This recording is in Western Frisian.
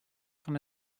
fan